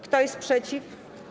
Kto jest przeciw?